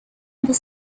other